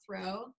throw